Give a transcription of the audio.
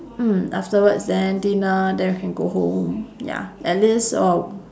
mm afterwards then dinner then we can go home ya at least uh